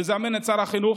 לזמן את שר החינוך,